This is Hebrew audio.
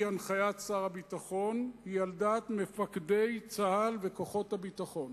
הנחיית שר הביטחון היא על דעת מפקדי צה"ל וכוחות הביטחון?